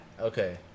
Okay